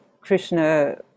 Krishna